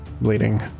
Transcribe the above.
bleeding